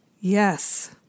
Yes